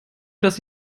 dass